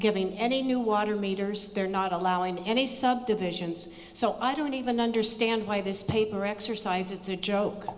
giving any new water meters they're not allowing any subdivisions so i don't even understand why this paper exercise it's a